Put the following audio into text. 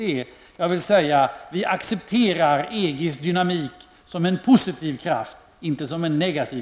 Men jag vill säga: Vi accepterar EGs dynamik som en positiv kraft, inte en negativ.